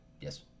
Yes